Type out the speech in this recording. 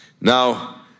Now